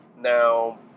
Now